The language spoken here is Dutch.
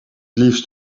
liefst